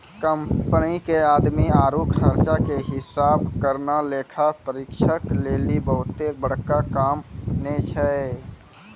company के आमदनी आरु खर्चा के हिसाब करना लेखा परीक्षक लेली बहुते बड़का काम नै छै